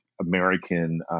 American